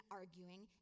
arguing